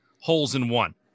holes-in-one